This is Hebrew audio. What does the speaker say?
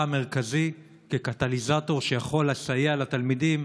המרכזי כקטליזטור שיכול לסייע לתלמידים